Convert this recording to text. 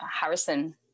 Harrison